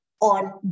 on